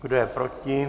Kdo je proti?